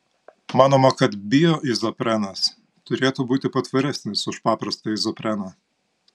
manoma kad bioizoprenas turėtų būti patvaresnis už paprastą izopreną